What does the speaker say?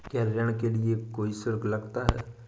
क्या ऋण के लिए कोई शुल्क लगता है?